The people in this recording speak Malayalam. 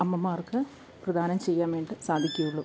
അമ്മമാർക്ക് പ്രദാനം ചെയ്യാൻ വേണ്ടിയിട്ട് സാധിക്കുകയുള്ളൂ